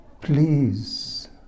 please